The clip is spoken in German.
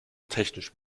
technisch